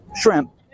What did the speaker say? shrimp